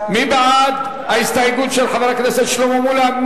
מי בעד ההסתייגות של חבר הכנסת שלמה מולה?